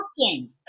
working